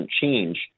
change